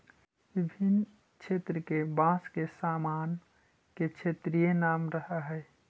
विभिन्न क्षेत्र के बाँस के सामान के क्षेत्रीय नाम रहऽ हइ